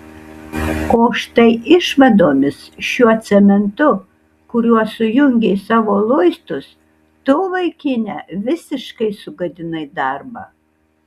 o štai išvadomis šiuo cementu kuriuo sujungei savo luistus tu vaikine visiškai sugadinai darbą